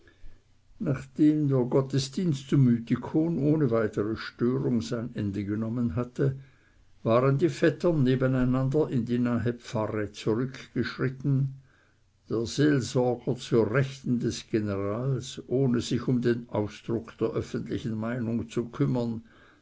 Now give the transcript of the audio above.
nachdem der gottesdienst zu mythikon ohne weitere störung sein ende genommen hatte waren die vettern nebeneinander in die nahe pfarre zurückgeschritten der seelsorger zur rechten des generals ohne sich um den ausdruck der öffentlichen meinung zu kümmern